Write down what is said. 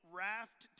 raft